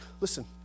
Listen